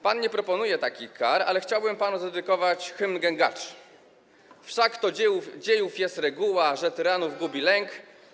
Pan nie proponuje takich kar, ale chciałbym panu zadedykować „Hymn Gęgaczy”: „Wszak to dziejów jest reguła,/ że tyranów gubi lęk.